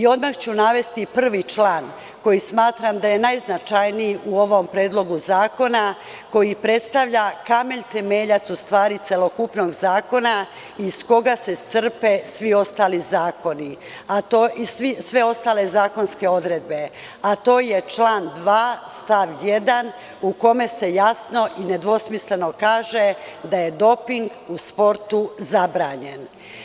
Odmah ću navesti prvi član koji smatram da je najznačajniji u ovom predlogu zakona, koji predstavlja kamen temeljac celokupnog zakona iz koga se crpe sve ostale zakonske odredbe, a to je član 2. stav 1. u kome se jasno i nedvosmisleno kaže da je doping u sportu zabranjen.